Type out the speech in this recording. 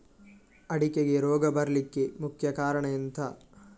ಅಡಿಕೆಗೆ ರೋಗ ಬರ್ಲಿಕ್ಕೆ ಮುಖ್ಯ ಕಾರಣ ಎಂಥ?